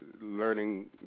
learning